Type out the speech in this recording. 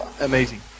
amazing